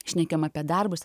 šnekėjom apie darbus